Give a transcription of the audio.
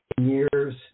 years